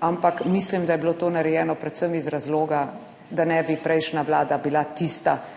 Ampak mislim, da je bilo to narejeno predvsem iz razloga, da ne bi prejšnja Vlada bila tista,